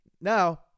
Now